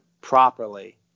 properly